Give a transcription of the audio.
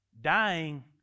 dying